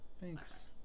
Thanks